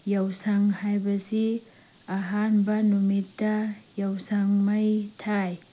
ꯌꯥꯎꯁꯪ ꯍꯥꯏꯕꯁꯤ ꯑꯍꯥꯟꯕ ꯅꯨꯃꯤꯠꯇ ꯌꯥꯎꯁꯪ ꯃꯩ ꯊꯥꯏ